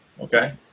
Okay